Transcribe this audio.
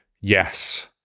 yes